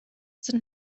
sind